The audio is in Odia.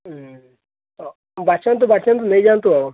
ହଁ ତ ବାଛନ୍ତୁ ବାଛନ୍ତୁ ନେଇ ଯାଆନ୍ତୁ ଆଉ